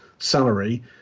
salary